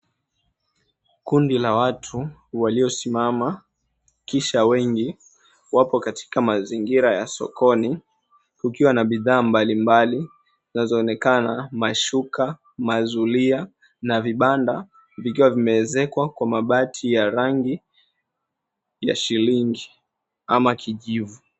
Kundi la watu waliosimama kisha wengi, wapo katika mazingira ya sokoni, kukiwa na bidhaa mbalimbali zinazoonekana, mashuka, mazulia, na vibanda vikiwa vimeezekwa kwa mabati ya rangi ya shillingi ama kijivu